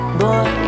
boy